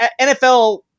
NFL